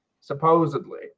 supposedly